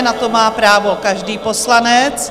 Na to má právo každý poslanec.